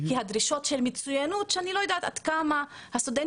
כי הדרישות של מצוינות שאני לא יודעת עד כמה הסטודנטים